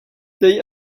they